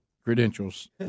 credentials